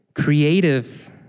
creative